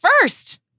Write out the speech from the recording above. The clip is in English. first